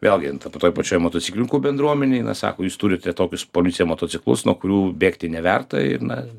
vėlgi ta toj pačioj motociklininkų bendruomenėj na sako jūs turite tokius policija motociklus nuo kurių bėgti neverta ir na